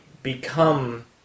become